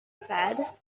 said